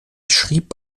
schrieb